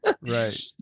right